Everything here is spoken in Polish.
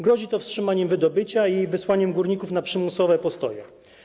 Grozi to wstrzymaniem wydobycia i wysłaniem górników na przymusowe postoje.